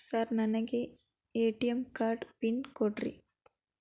Sir ನನಗೆ ATM card PIN ಕೊಡ್ರಿ?